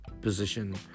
position